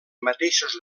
mateixos